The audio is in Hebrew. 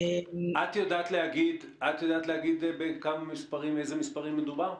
את יודעת להגיד באיזה מספרים מדובר?